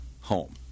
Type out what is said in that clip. home